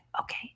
Okay